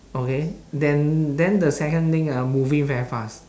okay then then the second lane ah moving very fast